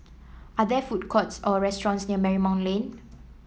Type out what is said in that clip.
are there food courts or restaurants near Marymount Lane